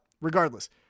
regardless